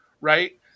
right